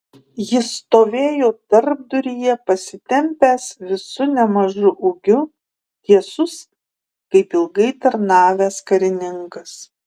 jis stovėjo tarpduryje pasitempęs visu nemažu ūgiu tiesus kaip ilgai tarnavęs karininkas